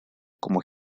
como